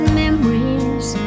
memories